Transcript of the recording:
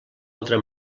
altra